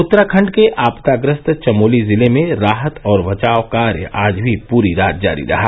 उत्तराखण्ड के अपदाग्रस्त चमोली जिले में राहत और बचाव कार्य आज पूरी रात भी जारी रहा